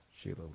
shila